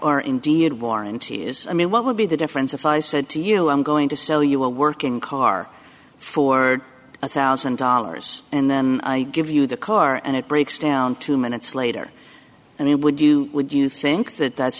are indeed warranty is i mean what would be the difference if i said to you i'm going to sell you a working car for a one thousand dollars and then i give you the car and it breaks down two minutes later and it would you would you think that that's